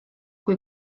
kui